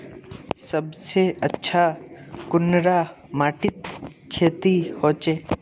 सबसे अच्छा कुंडा माटित खेती होचे?